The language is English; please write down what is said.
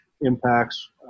impacts